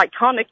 iconic